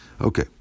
Okay